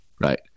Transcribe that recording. right